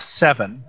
seven